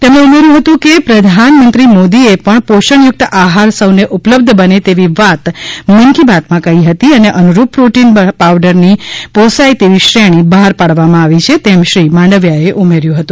તેમણે ઉમેર્થું હતી કે પ્રધાનમંત્રી મોદી એ પણ પોષણયુક્ત આહાર સૌને ઉપલબ્ધ બને તેવી વાત મન કી બાતમાં કહી હતી તેને અનુરૂપ પ્રોટીન પાવડરની પોસાય તેવી શ્રેણી બહાર પાડવામાં આવી છે તેમ શ્રી માંડવિયા એ ઉમેર્યું હતું